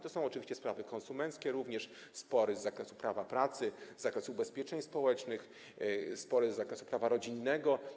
To są oczywiście sprawy konsumenckie, również spory z zakresu prawa pracy, z zakresu ubezpieczeń społecznych, sporo jest z zakresu prawa rodzinnego.